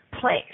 place